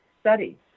study